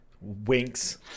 winks